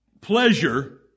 pleasure